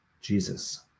Jesus